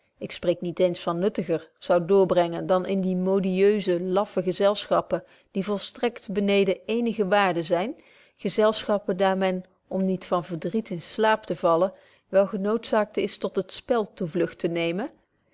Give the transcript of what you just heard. ik spreek niet eens van nuttiger zoudt doorbrengen dan in die modieuse laffe gezelschappen die volstrekt beneden eenige waardy zyn gezelschappen daar men om niet van verdriet in slaap te vallen wel genoodzaakt is tot het spel toevlugt te nemen